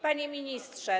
Panie Ministrze!